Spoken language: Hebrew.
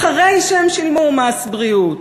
אחרי שהם שילמו מס בריאות.